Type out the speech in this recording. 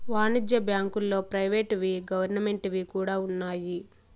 వాణిజ్య బ్యాంకుల్లో ప్రైవేట్ వి గవర్నమెంట్ వి కూడా ఉన్నాయి